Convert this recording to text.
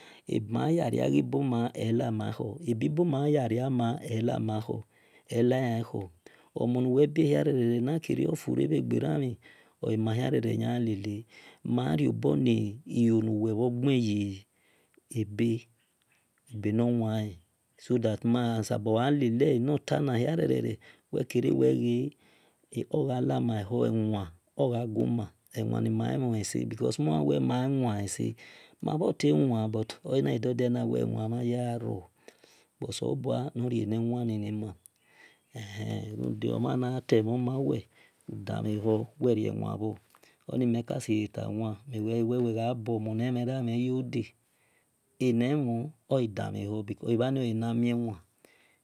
Ebi ma yaya riaghiboma elamakhor ebi bomen ya yariama eghiba an khor emon nima bie hiame na kiere ofure bhe gheranmhi oi mahia rere nagha leele mario bor yi ilo nuwel bho gbe ye be ebenowael so that ma gele sabor gha riobor lele nor tar nahiarr makere wel wel ghe ewa ogha gui ma ewa ese because molen wel ma wan ese ma bhor tai wan but ona dor dio wel ewan mhan yegharo no selobua nor rie newan nima runde omhan naguwel guan temhon mawel dan mhe hor rie wan bhor onimel kaseye tabho ewel ghe agha buo mon normherabhi ye ude ene mhor oghi damhe hor runde ebhani oyana mio gho bhor